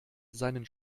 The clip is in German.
seinen